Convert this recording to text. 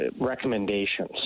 recommendations